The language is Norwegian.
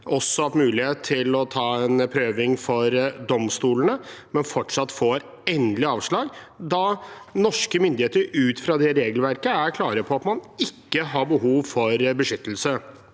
også med mulighet til prøving for domstolene, men som fortsatt får endelig avslag – da norske myndigheter ut fra regelverket er klare på at man ikke har behov for beskyttelse.